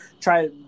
try